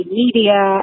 media